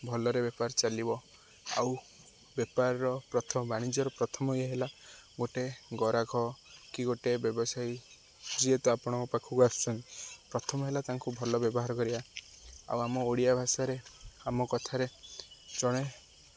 ଭଲରେ ବେପାର ଚାଲିବ ଆଉ ବେପାରର ପ୍ରଥମ ବାଣିଜ୍ୟର ପ୍ରଥମ ଇଏ ହେଲା ଗୋଟେ ଗରାଖ କି ଗୋଟେ ବ୍ୟବସାୟୀ ଯେହେତୁ ଆପଣଙ୍କ ପାଖକୁ ଆସୁଛନ୍ତି ପ୍ରଥମ ହେଲା ତାଙ୍କୁ ଭଲ ବ୍ୟବହାର କରିବା ଆଉ ଆମ ଓଡ଼ିଆ ଭାଷାରେ ଆମ କଥାରେ ଜଣେ